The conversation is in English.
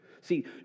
See